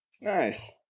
Nice